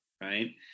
right